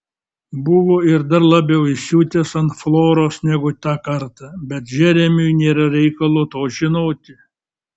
buvo ir dar labiau įsiutęs ant floros negu tą kartą bet džeremiui nėra reikalo to žinoti